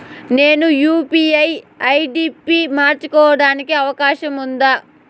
నేను UPI ID పి మార్చుకోవడానికి అవకాశం ఉందా?